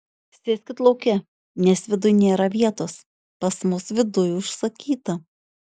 sėskit lauke nes viduj nėra vietos pas mus viduj užsakyta